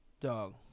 Dog